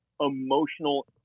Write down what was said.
emotional